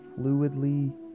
fluidly